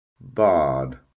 bard